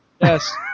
Yes